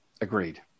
Agreed